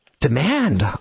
Demand